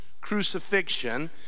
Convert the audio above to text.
crucifixion